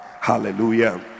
Hallelujah